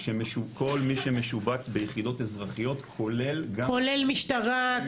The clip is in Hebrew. כל מי שמשובץ ביחידות אזרחיות כולל גם --- כולל משטרה,